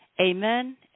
Amen